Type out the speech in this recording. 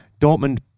Dortmund